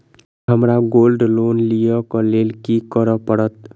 हमरा gold loan लिय केँ लेल की करऽ पड़त?